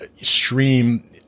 stream